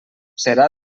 serà